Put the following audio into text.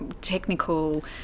technical